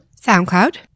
SoundCloud